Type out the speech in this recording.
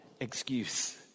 excuse